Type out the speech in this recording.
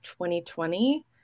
2020